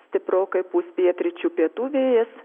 stiprokai pūs pietryčių pietų vėjas